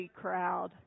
crowd